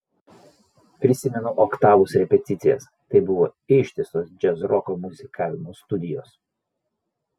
prisimenu oktavos repeticijas tai buvo ištisos džiazroko muzikavimo studijos